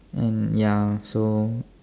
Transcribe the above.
and ya so